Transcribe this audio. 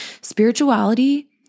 Spirituality